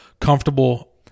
comfortable